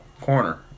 Corner